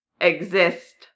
exist